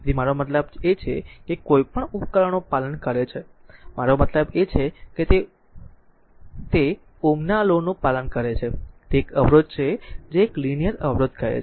તેથી મારો મતલબ છે કે કોઈપણ ઉપકરણોનું પાલન કરે છે મારો મતલબ છે કે તે r law ના લો નું પાલન કરે છે તે એક અવરોધ છે જે તે એક લીનીયર અવરોધ કહે છે